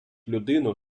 людину